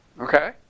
Okay